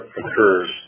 occurs